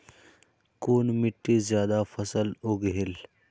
कुन मिट्टी ज्यादा फसल उगहिल?